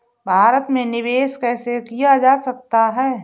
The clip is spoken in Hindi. भारत में निवेश कैसे किया जा सकता है?